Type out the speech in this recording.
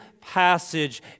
passage